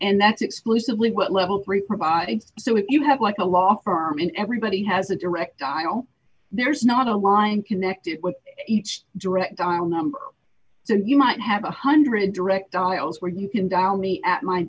and that's exclusively what level three provides so if you have like a law firm and everybody has a direct dial there's not a line connected with each direct dial number so you might have a one hundred direct dials where you can down the at my